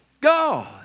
God